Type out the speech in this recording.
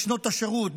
בשנות השירות,